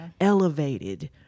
elevated